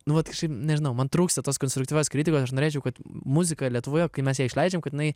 nu vat nežinau man trūksta tos konstruktyvios kritikos aš norėčiau kad muzika lietuvoje kai mes ją išleidžiam kad jinai